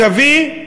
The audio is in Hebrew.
מצבי,